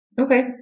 okay